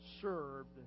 served